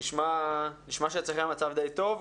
נשמע שאצלכם המצב די טוב.